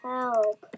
Help